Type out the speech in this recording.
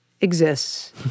exists